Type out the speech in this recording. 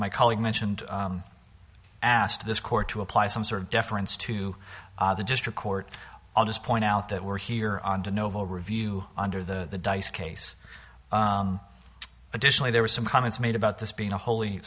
my colleague mentioned asked this court to apply some sort of deference to the district court i'll just point out that we're here on to novo review under the dice case additionally there were some comments made about this being a wholly